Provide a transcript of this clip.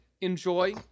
Enjoy